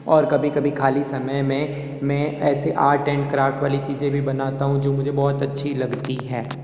और कभी कभी खाली समय में मैं ऐसे आर्ट ऐन्ड क्राफ़्ट वाली चीज़ें भी बनाता हूँ जो मुझे बहुत अच्छी लगती हैं